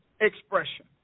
expression